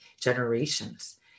generations